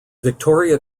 victoria